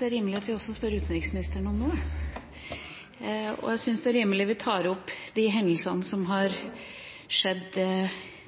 rimelig at vi også spør utenriksministeren om noe. Jeg syns også det er rimelig at vi tar opp de hendelsene som har skjedd